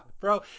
bro